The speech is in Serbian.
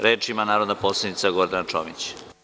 Reč ima narodna poslanica Gordana Čomić.